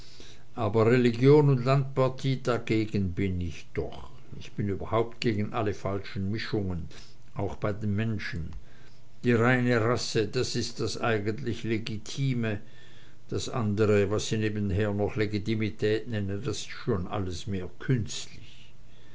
aber religion und landpartie dagegen bin ich doch ich bin überhaupt gegen alle falschen mischungen auch bei den menschen die reine rasse das ist das eigentlich legitime das andre was sie nebenher noch legitimität nennen das ist schon alles mehr künstlich